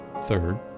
Third